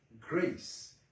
grace